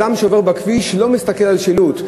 אדם שעובר בכביש לא מסתכל על שילוט.